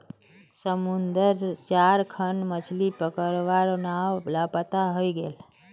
समुद्रत चार खन मछ्ली पकड़वार नाव लापता हई गेले